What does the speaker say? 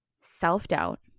self-doubt